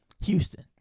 Houston